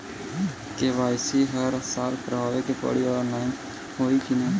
KYC हर साल करवावे के पड़ी और ऑनलाइन होई की ना?